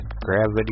Gravity